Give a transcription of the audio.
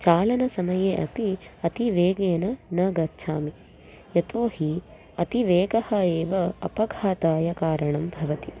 चालनसमये अपि अतिवेगेन न गच्छामि यतो हि अतिवेगः एव अपघाताय कारणं भवति